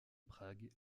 prague